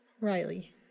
Riley